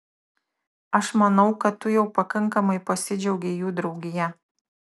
aš manau kad tu jau pakankamai pasidžiaugei jų draugija